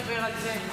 בוא נדבר על זה.